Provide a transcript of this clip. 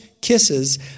kisses